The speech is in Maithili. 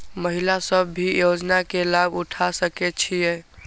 महिला सब भी योजना के लाभ उठा सके छिईय?